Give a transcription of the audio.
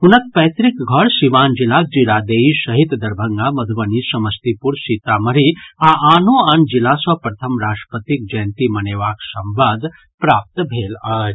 हुनक पैतृक घर सीवान जिलाक जरादेई सहित दरभंगा मधुबनी समस्तीपुर सीतामढ़ी आ आनो आन जिला सँ प्रथम राष्ट्रपतिक जयंती मनेबाक संवाद प्राप्त भेल अछि